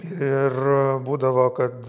ir būdavo kad